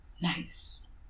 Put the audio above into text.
nice